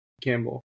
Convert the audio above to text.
Campbell